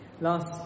Last